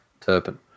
Turpin